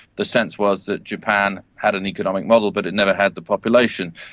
the sense was that japan had an economic model but it never had the population.